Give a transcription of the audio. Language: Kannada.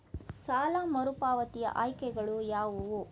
ಸಾಲ ಮರುಪಾವತಿ ಆಯ್ಕೆಗಳು ಯಾವುವು?